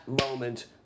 moment